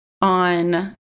on